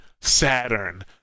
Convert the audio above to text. Saturn